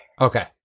Okay